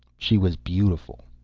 she was beautiful.